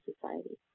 society